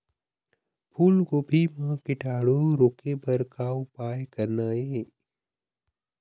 फूलगोभी म कीटाणु रोके बर का उपाय करना ये?